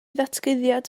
ddatguddiad